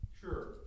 Sure